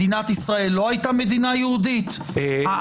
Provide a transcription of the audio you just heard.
לזכותה צריך לומר שהיא לא היתה פוליטיקאית אף